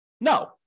No